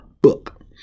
book